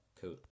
Cool